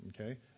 Okay